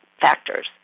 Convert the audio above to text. factors